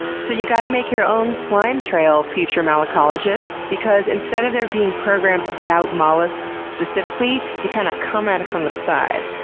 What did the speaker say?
so you gotta make your own slime trail, future malacologists, because instead of there being programs about mollusks specifically, you kind of come at it from the side.